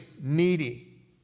needy